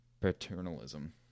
paternalism